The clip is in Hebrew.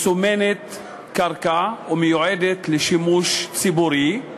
מסומנת קרקע ומיועדת לשימוש ציבורי,